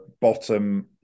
bottom